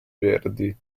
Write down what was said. verdi